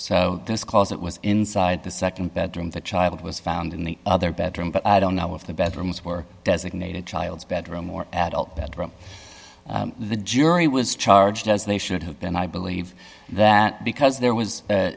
so this calls that was inside the nd bedroom the child was found in the other bedroom but i don't know if the bedrooms were designated child's bedroom or adult bedroom the jury was charged as they should have been i believe that because there was